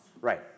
right